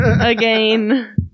again